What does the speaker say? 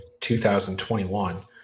2021